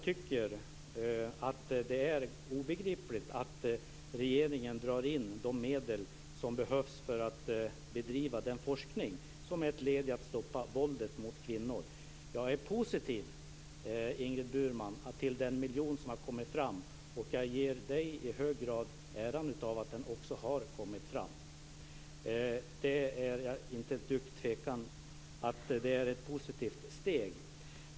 Det är obegripligt att regeringen drar in de medel som behövs för att bedriva den forskning som är ett led i att stoppa våldet mot kvinnor. Jag är positiv, Ingrid Burman, till den miljon som har kommit fram, och jag ger i hög grad Ingrid Burman äran av detta. Det är ingen som helst tvekan om att det är ett positivt steg.